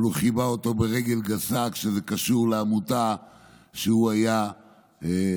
אבל הוא כיבה אותו ברגל גסה כשזה קשור לעמותה שהוא היה בה,